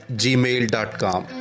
gmail.com